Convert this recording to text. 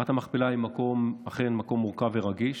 מערת המכפלה היא אכן מקום מורכב ורגיש,